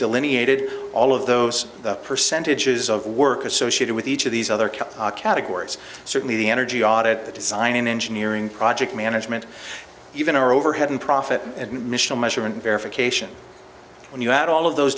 delineated all of those percentages of work associated with each of these other key categories certainly the energy audit the design and engineering project management even our overhead and profit missional measurement verification when you add all of those